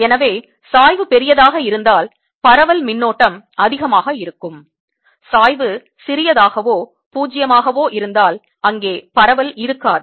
எனவே சாய்வு பெரிதாக இருந்தால் பரவல் மின்னோட்டம் அதிகமாக இருக்கும் சாய்வு சிறியதாகவோ பூஜ்ஜியமாகவோ இருந்தால் அங்கே பரவல் இருக்காது